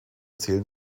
zählen